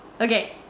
Okay